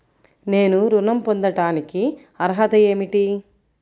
నేను ఋణం పొందటానికి అర్హత ఏమిటి?